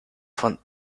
von